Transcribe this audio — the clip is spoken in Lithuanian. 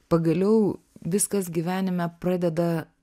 pagaliau viskas gyvenime pradeda